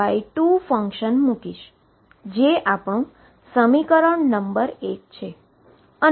જે આપણુ સમીકરણ નંબર 1 છે